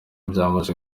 byamaze